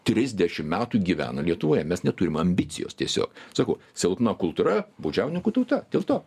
trisdešimt metų gyvena lietuvoje mes neturim ambicijos tiesiog sakau silpna kultūra baudžiauninkų tauta dėl to